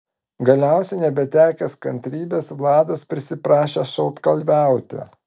galiausiai nebetekęs kantrybės vladas prisiprašė šaltkalviauti